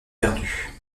perdue